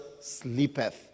sleepeth